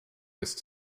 lässt